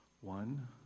one